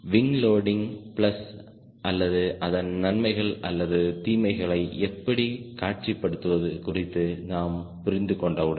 wing loading plus அல்லது அதன் நன்மைகள் அல்லது தீமைகளை எப்படி காட்சிப்படுத்துவது குறித்து நாம் புரிந்து கொண்டவுடன்